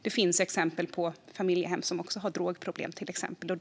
Det finns exempel på familjehem där de har drogproblem, till exempel.